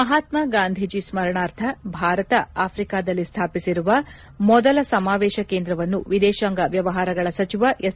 ಮಹಾತ್ಮ ಗಾಂಧೀಜಿ ಸ್ಮರಣಾರ್ಥ ಭಾರತ ಆಫ್ರಿಕಾದಲ್ಲಿ ಸ್ವಾಪಿಸಿರುವ ಮೊದಲ ಸಮಾವೇಶ ಕೇಂದ್ರವನ್ನು ವಿದೇಶಾಂಗ ವ್ಠವಹಾರಗಳ ಸಚಿವ ಎಸ್